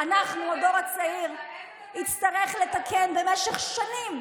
של האינתיפאדה השנייה.